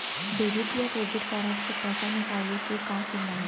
Debit या credit card से पैसा निकाले के का सीमा हे?